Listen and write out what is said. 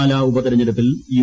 പാലാ ഉപതെരഞ്ഞെടുപ്പിൽ ്യു